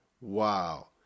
Wow